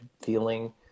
feeling